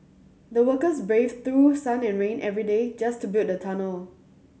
the workers braved through sun and rain every day just to build the tunnel